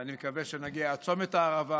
ואני מקווה שנגיע עד צומת הערבה